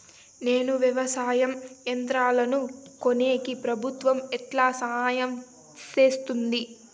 నేను వ్యవసాయం యంత్రాలను కొనేకి ప్రభుత్వ ఎట్లా సహాయం చేస్తుంది?